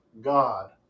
God